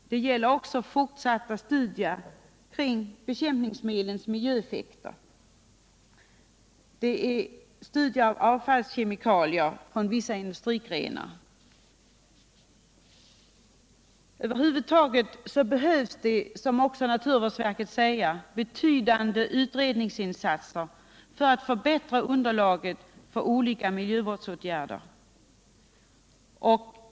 Det gäller också fortsatta studier kring bekämpningsmedlens miljöeffekter och studier av avfallskemikalier från vissa industrigrenar. Över huvud taget behövs det, som också naturvårdsverket säger, betydande utredningsinsatser för att förbättra underlaget för olika miljövårdsåtgärder.